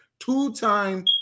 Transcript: two-time